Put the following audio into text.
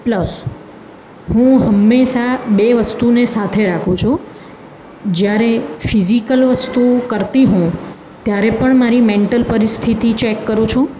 plus હું હંમેશાં બે વસ્તુને સાથે રાખું છું જ્યારે ફિઝિકલ વસ્તુ કરતી હોઉં ત્યારે પણ મારી મેન્ટલ પરિસ્થિતિ ચેક કરું છું